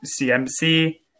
CMC